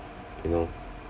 you know